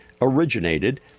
originated